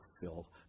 fill